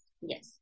Yes